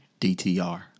DTR